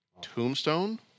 Tombstone